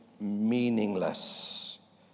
meaningless